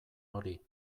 hori